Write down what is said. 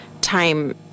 time